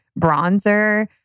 bronzer